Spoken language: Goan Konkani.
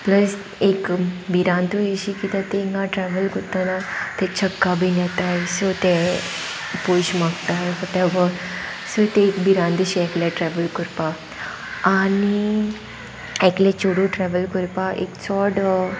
प्लस एक भिरांतूय अशी किद्याक ती हिंगा ट्रॅवल करतना ते छक्का बीन येताय सो ते पयशे मागताय ते व सो ते एक भिरांतशी एकले ट्रॅवल करपाक आनी एकले चेडू ट्रेवल करपाक एक चोड